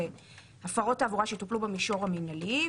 להפרות תעבורה שיטופלו במישור המנהלי,